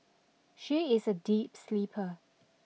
she is a deep sleeper